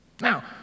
Now